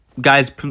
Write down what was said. guys